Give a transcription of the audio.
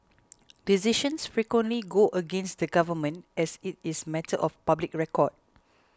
decisions frequently go against the government as it is matter of public record